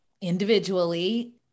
individually